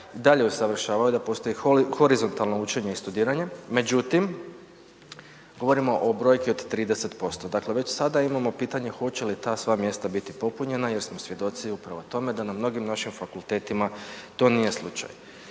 dalje usavršavaju, da postoji horizontalno učenje i studiranje. Međutim, govorimo o brojki od 30%, dakle već sada imamo pitanje hoće li ta sva mjesta biti popunjena jer smo svjedoci upravo tome da na mnogim našim fakultetima to nije slučaj.